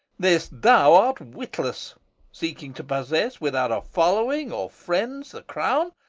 this thou art witless seeking to possess without a following or friends the crown,